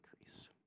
increase